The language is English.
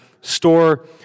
store